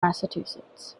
massachusetts